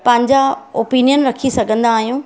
पांहिंजा opinion रखी सघंदा अहियूं